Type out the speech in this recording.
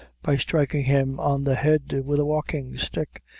by striking him on the head with a walking-stick,